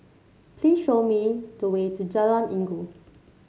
please show me the way to Jalan Inggu